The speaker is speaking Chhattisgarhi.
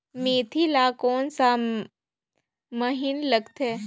मेंथी ला कोन सा महीन लगथे?